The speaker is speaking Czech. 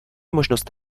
možnost